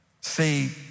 See